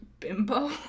Bimbo